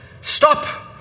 stop